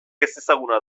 ezezaguna